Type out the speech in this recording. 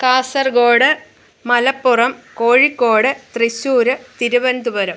Kasaragod Malappuram Kozhikode Thrissur Thiruvananthapuram